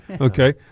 Okay